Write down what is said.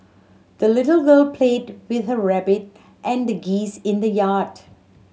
the little girl played with her rabbit and geese in the yard